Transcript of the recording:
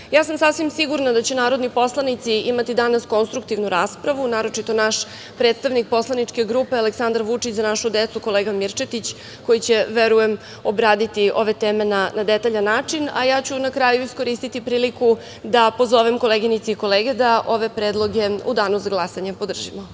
sam sigurna da će narodni poslanici imati danas konstruktivnu raspravu, naročito naš predstavnik poslaničke grupe Aleksandar Vučić – Za našu decu, kolega Mirčetić, koji će obraditi ove teme na detaljan način, a ja ću na kraju iskoristiti priliku da pozovem koleginice i kolege da ove predloge u danu za glasanje podržimo.